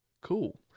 cool